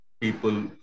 people